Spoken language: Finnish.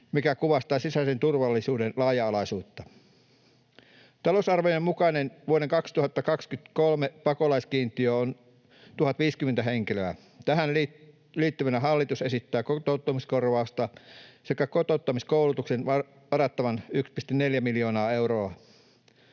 mikä kuvastaa sisäisen turvallisuuden laaja-alaisuutta. Talousarvion mukainen vuoden 2023 pakolaiskiintiö on 1 050 henkilöä. Tähän liittyvänä hallitus esittää kotouttamiskorvaukseen sekä kotouttamiskoulutukseen varattavan 1,4 miljoonaa euroa,